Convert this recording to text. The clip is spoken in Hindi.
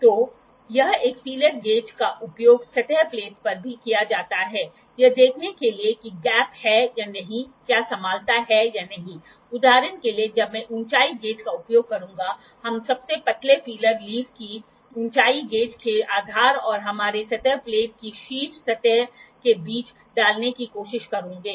तो यह एक फीलर गेज का उपयोग सतह प्लेट पर भी किया जाता है यह देखने के लिए कि गैप है या नहीं क्या समतलता है या नहीं उदाहरण के लिए जब मैं ऊंचाई गेज का उपयोग करूंगा हम सबसे पतले फीलर लीफ को ऊंचाई गेज के आधार और हमारी सतह प्लेट की शीर्ष सतह के बीच डालने की कोशिश करेंगे